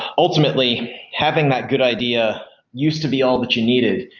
ultimately having that good idea used to be all that you needed,